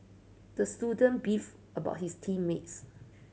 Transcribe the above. the student beef about his team mates